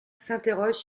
s’interroge